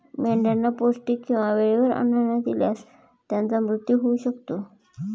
मेंढ्यांना पौष्टिक किंवा वेळेवर अन्न न दिल्यास त्यांचा मृत्यू होऊ शकतो